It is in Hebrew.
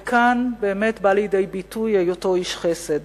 וכאן באמת בא לידי ביטוי היותו איש חסד.